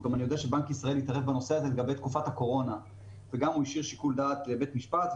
אני יודע שבנק ישראל התערב בנושא הזה וגם השאיר שיקול דעת לבית המשפט,